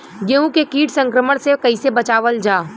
गेहूँ के कीट संक्रमण से कइसे बचावल जा?